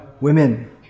women